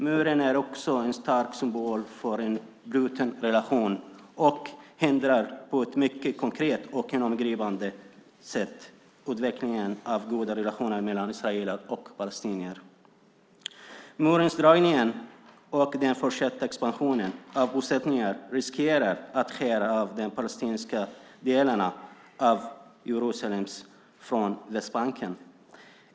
Muren är också en stark symbol för en bruten relation och hindrar på ett mycket konkret och genomgripande sätt utvecklingen av goda relationer mellan israeler och palestinier. Murens dragning och den fortsatta expansionen av bosättningar riskerar att skära av de palestinska delarna av Jerusalem från Västbanken.